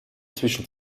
zwischen